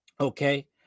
okay